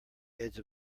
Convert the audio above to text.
edge